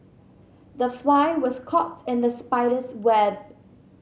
the fly was caught in the spider's web